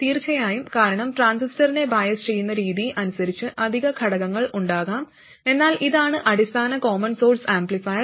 തീർച്ചയായും കാരണം ട്രാൻസിസ്റ്ററിനെ ബയസ് ചെയ്യുന്ന രീതി അനുസരിച്ച് അധിക ഘടകങ്ങൾ ഉണ്ടാകാം എന്നാൽ ഇതാണ് അടിസ്ഥാന കോമൺ സോഴ്സ് ആംപ്ലിഫയർ